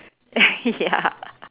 ya